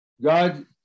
God